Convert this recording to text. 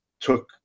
took